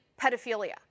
pedophilia